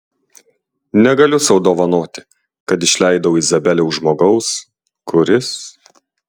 negaliu sau dovanoti kad išleidau izabelę už žmogaus kuris